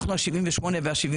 אנחנו ה-78 וה-79.